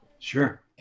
sure